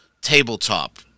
tabletop